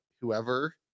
whoever